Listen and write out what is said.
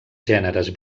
gèneres